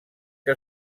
que